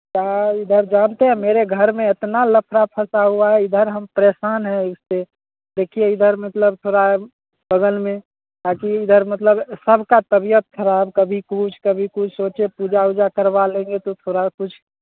क्या इधर जानते हैं मेरे घर में इतना लफड़ा फंसा हुआ है इधर हम परेशान हैं इससे देखिये इधर मतलब थोड़ा बगल में बांकी इधर मतलब सबका तबियत खराब कभी कुछ कभी कुछ सोचे पूजा ऊजा करवा लेंगे तो थोड़ा कुछ